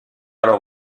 alors